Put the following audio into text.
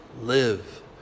live